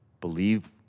Believe